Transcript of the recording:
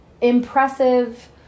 impressive